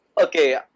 okay